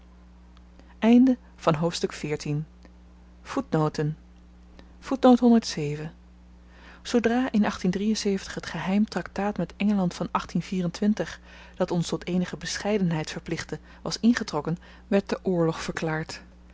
zoodra in het geheim traktaat met engeland van dat ons tot eenige bescheidenheid verplichtte was ingetrokken werd de oorlog verklaard